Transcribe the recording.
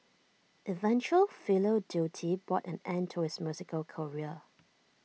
eventual filial duty brought an end to his musical career